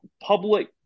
public